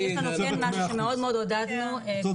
זה מניח את הדעת.